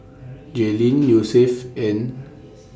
Jaelyn Yosef and